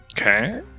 Okay